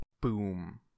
Boom